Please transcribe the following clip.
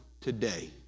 today